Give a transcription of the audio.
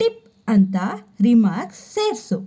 tip ಅಂತ remark ಸೇರಿಸು